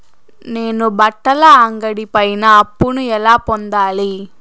నేను బట్టల అంగడి పైన అప్పును ఎలా పొందాలి?